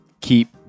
keep